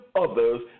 others